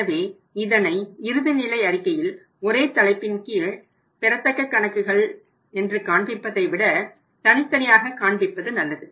எனவே இதனை இறுதிநிலை அறிக்கையில் ஒரே தலைப்பின் கீழ் பெறத்தக்க கணக்குகள் என்று காண்பிப்பதை விட தனித்தனியாக காண்பிப்பது நல்லது